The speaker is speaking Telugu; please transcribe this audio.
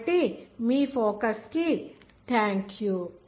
కాబట్టి మీ ఫోకస్ కి థాంక్యూ